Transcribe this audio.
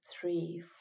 three